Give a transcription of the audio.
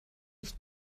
ich